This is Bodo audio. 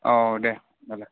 औ दे होनबालाय